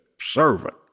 servant